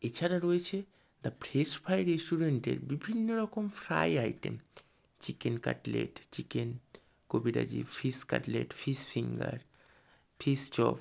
এছাড়া রয়েছে the fresh fry রেস্টুরেন্টের বিভিন্ন রকম fry item chicken cutlet chicken kabiraji fish cutlet fish finger fish chop